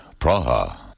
Praha